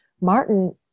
Martin